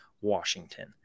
Washington